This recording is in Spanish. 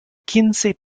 quince